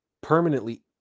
permanently